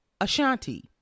Ashanti